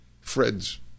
Fred's